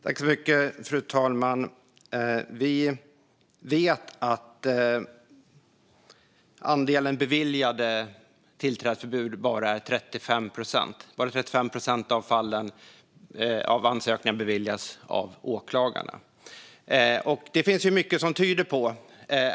Fru talman! Vi vet att åklagarna bara beviljar 35 procent av ansökningarna om tillträdesförbud.